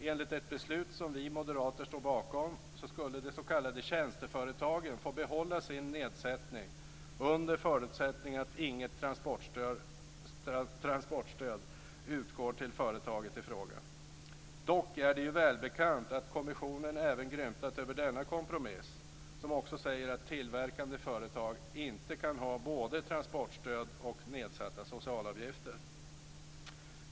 Enligt ett beslut som vi moderater står bakom skulle de s.k. tjänsteföretagen få behålla sin nedsättning under förutsättning att inget transportstöd utgår till företagen i fråga. Dock är det välbekant att kommissionen även grymtat över denna kompromiss som också säger att tillverkande företag inte kan ha både transportstöd och nedsatta socialavgifter.